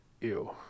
Ew